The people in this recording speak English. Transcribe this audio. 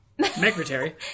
Secretary